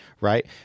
Right